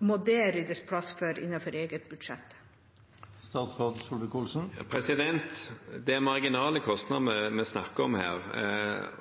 Må det ryddes plass til innenfor eget budsjett? Det er marginale kostnader vi snakker om her.